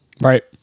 Right